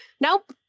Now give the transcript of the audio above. nope